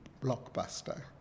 blockbuster